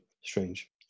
strange